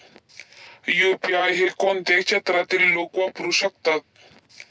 UPI हे कोणत्या क्षेत्रातील लोक वापरू शकतात?